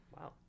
Wow